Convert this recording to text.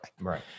right